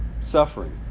suffering